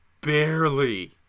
barely